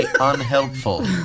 unhelpful